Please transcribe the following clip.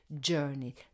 journey